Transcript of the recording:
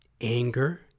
anger